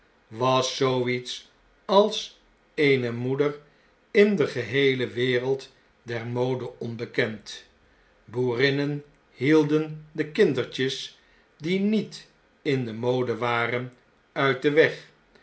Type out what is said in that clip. was zoo iets als eene moeder in de geheele wereld der mode onbekend boerinnen hielden de kindertjes die niet in de mode waren uit den weg